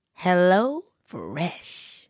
HelloFresh